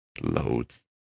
loads